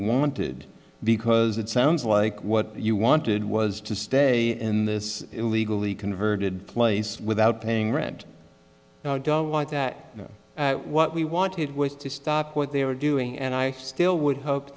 wanted because it sounds like what you wanted was to stay in this illegally converted place without paying rent now don't want that what we wanted was to stop what they were doing and i still would hope